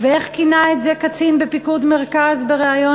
ואיך כינה את זה קצין בפיקוד מרכז בריאיון